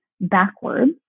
backwards